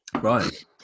right